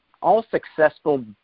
all-successful